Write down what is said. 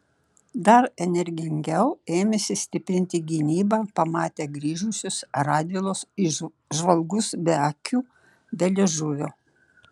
dar energingiau ėmėsi stiprinti gynybą pamatę grįžusius radvilos žvalgus be akių be liežuvio